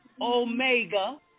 Omega